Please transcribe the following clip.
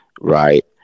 right